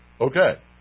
Okay